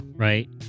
right